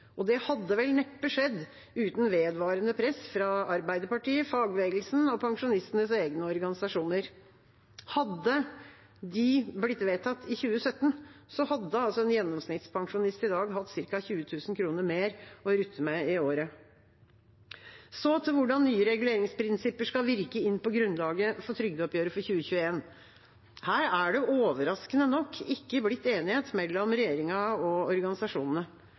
Det hadde neppe skjedd uten vedvarende press fra Arbeiderpartiet, fagbevegelsen og pensjonistenes egne organisasjoner. Hadde de blitt vedtatt i 2017, hadde en gjennomsnittspensjonist i dag hatt ca. 20 000 kr mer å rutte med i året. Så til hvordan nye reguleringsprinsipper skal virke inn på grunnlaget for trygdeoppgjøret for 2021. Her er det overraskende nok ikke blitt enighet mellom regjeringa og organisasjonene. Regjeringa har lagt til grunn ei ramme for oppgjøret på 3,58 pst. Organisasjonene